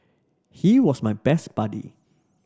he was my best buddy